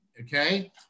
okay